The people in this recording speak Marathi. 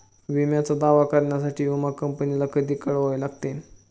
विम्याचा दावा करण्यासाठी विमा कंपनीला कधी कळवावे लागते?